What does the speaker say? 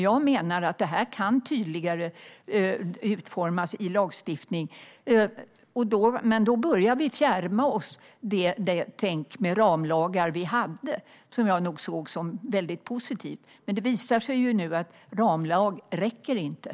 Jag menar att det kan utformas tydligare i lagstiftningen. Men då fjärmar vi oss från tanken med ramlagar, som jag ansåg vara positiv. Det visar sig nu att ramlag inte räcker.